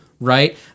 Right